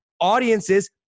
audiences